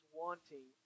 wanting